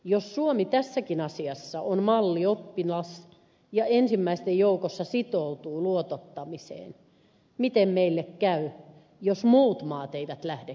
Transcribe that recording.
jos suomi tässäkin asiassa on mallioppilas ja ensimmäisten joukossa sitoutuu luotottamiseen miten meille käy jos muut maat eivät lähdekään mukaan